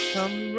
Come